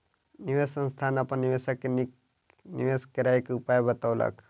निवेश संस्थान अपन निवेशक के नीक निवेश करय क उपाय बतौलक